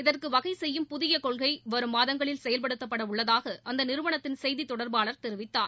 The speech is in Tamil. இதற்கு வகை செய்யும் புதிய கொள்கை வரும் மாதங்களில் செயல்படுத்தப்பட உள்ளதாக அந்த நிறுவனத்தின் செய்தி தொடர்பாளர் தெரிவித்தார்